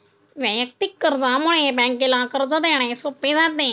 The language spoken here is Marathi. वैयक्तिक कर्जामुळे बँकेला कर्ज देणे सोपे जाते